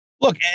Look